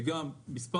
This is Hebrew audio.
גם פה מספר